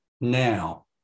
now